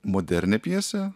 modernią pjesę